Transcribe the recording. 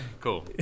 Cool